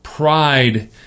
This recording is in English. Pride